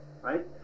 right